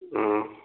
ꯎꯝ